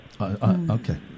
Okay